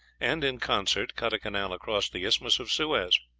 and in concert cut a canal across the isthmus of suez